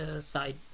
side